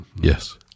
Yes